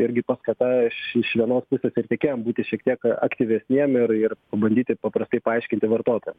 irgi paskata iš iš vienos pusės ir tiekėjam būti šiek tiek aktyvesniem ir ir pabandyti paprastai paaiškinti vartotojams